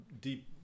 deep